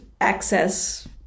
access